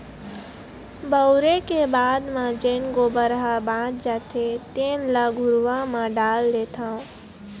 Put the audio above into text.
बउरे के बाद म जेन गोबर ह बाच जाथे तेन ल घुरूवा म डाल देथँव